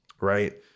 right